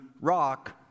rock